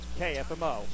KFMO